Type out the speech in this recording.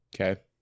Okay